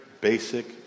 basic